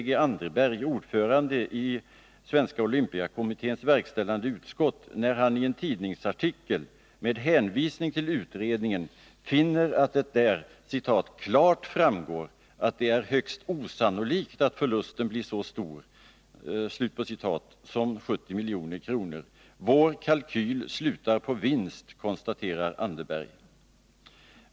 G. Anderberg, ordförande i SOK:s verkställande utskott, när han i en tidningsartikel, med hänvisning till utredningen, finner att det där ”klart framgår att det är högst osannolikt att förlusten blir så stor” som 70 milj.kr. ”Vår kalkyl slutar på vinst”, konstaterar Anderberg.